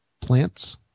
plants